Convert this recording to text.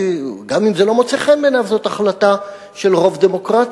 כי גם אם זה לא מוצא חן בעיניו זאת החלטה של רוב דמוקרטי.